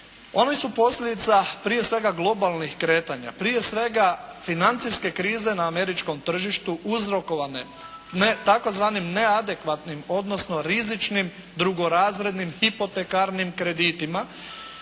oni su posljedica prije svega globalnih kretanja. Prije svega financijske krize na američkom tržištu uzrokovane tzv. neadekvatnim odnosno rizičnim drugorazrednih, hipotekarnim kreditima